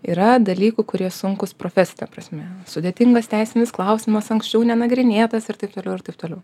yra dalykų kurie sunkūs profesine prasme sudėtingas teisinis klausimas anksčiau nenagrinėtas ir taip toliau ir taip toliau